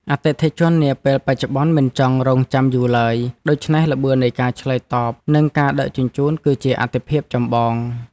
អតិថិជននាពេលបច្ចុប្បន្នមិនចង់រង់ចាំយូរឡើយ ដូច្នេះល្បឿននៃការឆ្លើយតប និងការដឹកជញ្ជូនគឺជាអាទិភាពចម្បង។